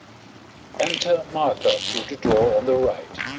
enter martha through the door on the right.